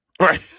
Right